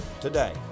today